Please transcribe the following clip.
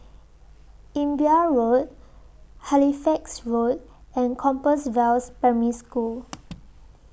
Imbiah Road Halifax Road and Compass Vales Primary School